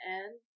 end